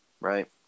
right